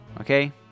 okay